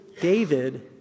David